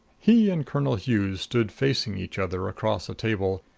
he and colonel hughes stood facing each other across a table,